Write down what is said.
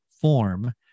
form